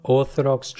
orthodox